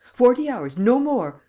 forty hours, no more,